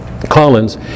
Collins